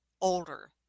older